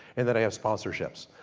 and then i have sponsorships.